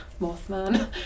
Mothman